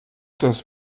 das